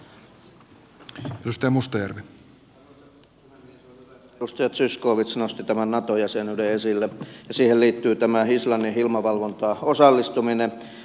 on hyvä että edustaja zyskowicz nosti tämän nato jäsenyyden esille ja siihen liittyy tämä islannin ilmavalvontaan osallistuminen